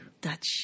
Dutch